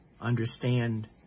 understand